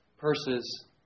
purses